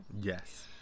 Yes